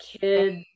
kids